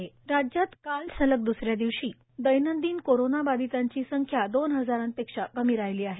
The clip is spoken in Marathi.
राज्य कोरोना राज्यात काल सलग दुसऱ्या दिवशी दैनंदिन कोरोनाबाधितांची संख्या दोन हजारांपेक्षा कमी राहिली आहे